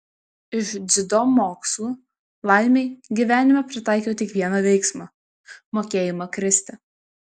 iš dziudo mokslų laimei gyvenime pritaikiau tik vieną veiksmą mokėjimą kristi